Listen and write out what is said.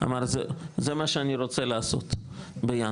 אמר 'זה מה שאני רוצה לעשות בינואר.